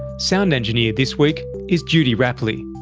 sound engineer this week is judy rapley,